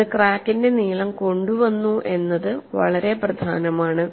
ഇത് ക്രാക്കിന്റെ നീളം കൊണ്ടുവന്നു എന്നത് വളരെ പ്രധാനമാണ്